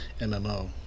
MMO